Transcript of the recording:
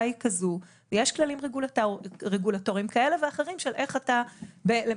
היא כזו ויש כללים רגולטוריים כאלה ואחרים של איך אתה מעסק